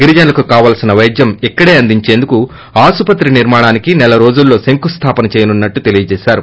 గిరిజనులకు కావాల్సిన వైద్యం ఇక్కడే అందించేందుకు ఆసుపత్రి నిర్మాణానికి నెల రోజుల్లో శంకుస్లాపన చేయనున్నట్లు తెలిపారు